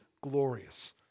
glorious